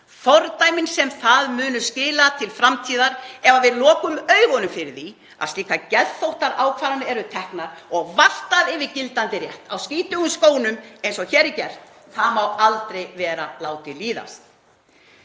Fordæmin sem það mun skila til framtíðar ef við lokum augunum fyrir því að slíkar geðþóttaákvarðanir eru teknar og valtað yfir gildandi rétt á skítugum skónum eins og hér er gert — það má aldrei líðast.